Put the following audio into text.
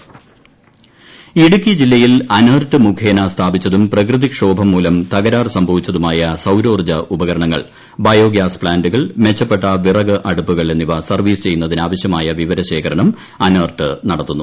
ടടടടടടട അനെർട്ട് ഇടുക്കി ജില്ലയിൽ അനെർട്ട് മുഖ്ലേന സ്ഥാപിച്ചതും പ്രകൃതിക്ഷോഭം മൂലം തക്കര്മാർ ് സംഭവിച്ചതുമായ സൌരോർജ്ജ ഉപകരണങ്ങൾ ബ്യോഗ്യാസ് പ്ലാന്റുകൾ മെച്ചപ്പെട്ട വിറക് ആടുപ്പുകൾ എന്നിവ സർവ്വീസ് ചെയ്യുന്നതിന് ആവ്യക്യമായ വിവരശേഖരണം അനെർട്ട് നടത്തുന്നു